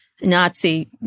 Nazi